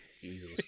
Jesus